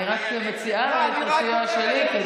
אני רק מציעה את הסיוע שלי.